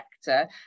sector